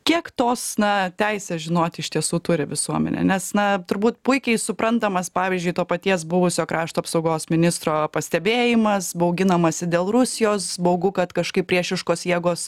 kiek tos na teisės žinoti iš tiesų turi visuomenė nes na turbūt puikiai suprantamas pavyzdžiui to paties buvusio krašto apsaugos ministro pastebėjimas bauginamasi dėl rusijos baugu kad kažkaip priešiškos jėgos